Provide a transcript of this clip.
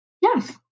yes